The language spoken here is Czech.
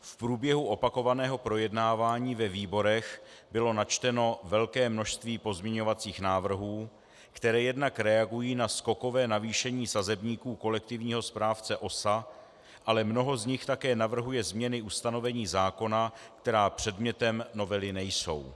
V průběhu opakovaného projednávání ve výborech bylo načteno velké množství pozměňovacích návrhů, které jednak reagují na skokové navýšení sazebníků kolektivního správce OSA, ale mnoho z nich také navrhuje změny ustanovení zákona, které předmětem novely nejsou.